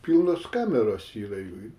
pilnos kameros yra jų